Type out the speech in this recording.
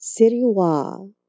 Siriwa